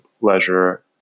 leisure